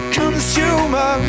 consumer